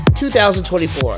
2024